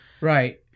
right